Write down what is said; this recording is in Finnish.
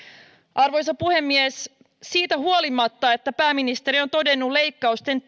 arvoisa puhemies siitä huolimatta että pääministeri on todennut leikkausten